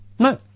No